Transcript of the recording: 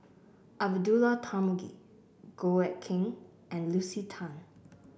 Abdullah Tarmugi Goh Eck Kheng and Lucy Tan